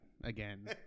again